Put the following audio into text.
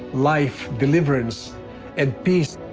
life, deliverance and peace.